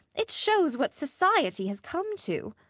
it shows what society has come to.